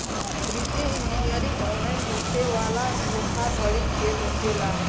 वित्तीय engineering online होखे वाला धोखाधड़ी के रोकेला